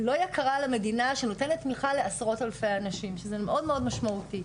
לא יקרה למדינה שנותנת תמיכה לעשרות אלפי אנשים שזה מאוד מאוד משמעותי.